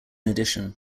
addition